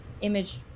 image